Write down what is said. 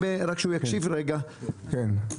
כן,